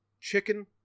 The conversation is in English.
chicken